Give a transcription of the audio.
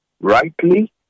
rightly